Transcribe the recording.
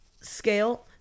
scale